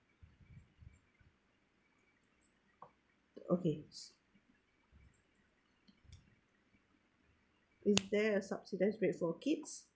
okay is there a subsidised rate for kids